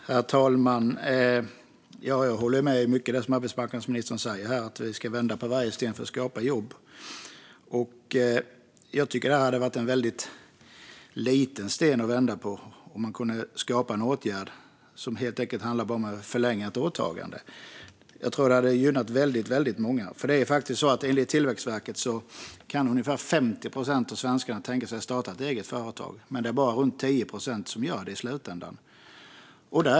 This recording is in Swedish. Herr talman! Jag håller med om mycket av det som arbetsmarknadsministern säger. Vi ska vända på varje sten för att skapa jobb. Och jag tycker att det hade varit en väldigt liten sten att vända på om man skapade en åtgärd som helt enkelt bara handlade om att förlänga ett åtagande. Det hade gynnat väldigt många. Enligt Tillväxtverket kan ungefär 50 procent av svenskarna tänka sig att starta ett företag, men bara runt 10 procent gör det i slutändan.